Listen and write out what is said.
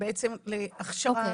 בעצם להכשרה מקצועית וזה הדגש.